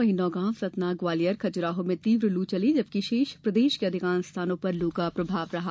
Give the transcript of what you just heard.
वहीं नौगांव सतना ग्वालियर खजुराहो में तीव्र लू चली जबकि शेष प्रदेश के अधिकांश स्थानों पर लू का प्रभाव रहा